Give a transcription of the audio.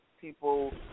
people